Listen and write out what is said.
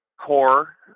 core